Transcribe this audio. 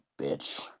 bitch